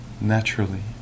naturally